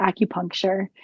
acupuncture